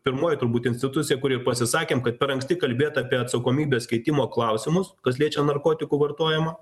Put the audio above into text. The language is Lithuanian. pirmoji turbūt institucija kuri pasisakėm kad per anksti kalbėt apie atsakomybės keitimo klausimus kas liečia narkotikų vartojimą